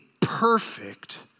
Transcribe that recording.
perfect